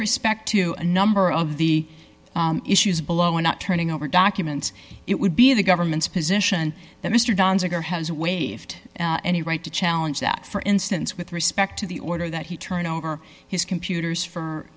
respect to a number of the issues below not turning over documents it would be the government's position that mr don's or has waived any right to challenge that for instance with respect to the order that he turned over his computers for